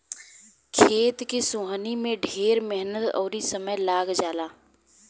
खेत के सोहनी में ढेर मेहनत अउर समय लाग जला